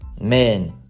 man